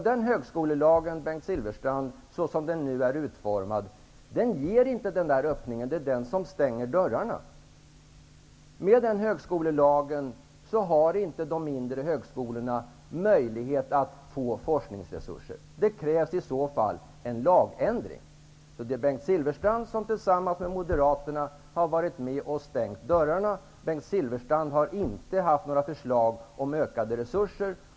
Den högskolelagen ger inte, såsom den nu är utformad, den öppningen. Det är den som stänger dörrarna. Med den högskolelagen har inte de mindre högskolorna möjlighet att få forskningsresurser. Det krävs i så fall en lagändring. Det är Bengt Silfverstrand som tillsammans med Moderaterna har varit med och stängt dörrarna. Bengt Silfverstrand har inte haft något förslag om utökade resurser.